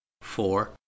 four